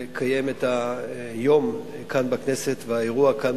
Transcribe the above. לקיים את היום כאן בכנסת ואת האירוע כאן